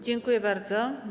Dziękuję bardzo.